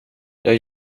jag